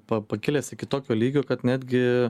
pa pakilęs iki tokio lygio kad netgi